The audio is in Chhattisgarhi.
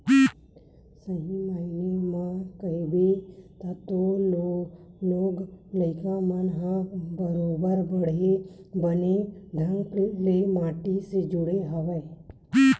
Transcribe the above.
सही मायने म कहिबे त तोर लोग लइका मन ह बरोबर बने ढंग ले माटी ले जुड़े हवय